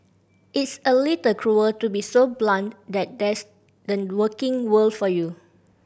it's a little cruel to be so blunt that that's the working world for you